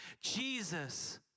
Jesus